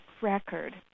Record